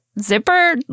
Zipper